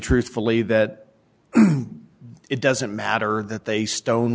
truthfully that it doesn't matter that they stone